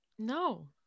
No